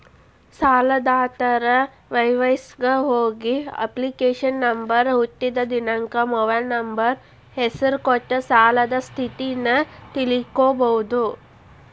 ಸಾಲದಾತರ ವೆಬಸೈಟ್ಗ ಹೋಗಿ ಅಪ್ಲಿಕೇಶನ್ ನಂಬರ್ ಹುಟ್ಟಿದ್ ದಿನಾಂಕ ಮೊಬೈಲ್ ನಂಬರ್ ಹೆಸರ ಕೊಟ್ಟ ಸಾಲದ್ ಸ್ಥಿತಿನ ತಿಳ್ಕೋಬೋದು